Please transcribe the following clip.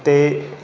हिते